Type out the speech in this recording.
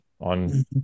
on